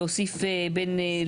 להוסיף בין,